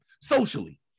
socially